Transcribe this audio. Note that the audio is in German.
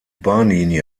bahnlinie